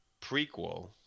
prequel